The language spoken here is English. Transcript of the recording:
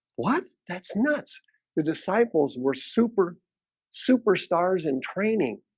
what that's nuts the disciples were super superstars and training